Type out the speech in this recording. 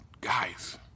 guys